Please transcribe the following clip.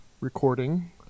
recording